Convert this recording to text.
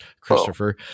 Christopher